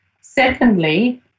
Secondly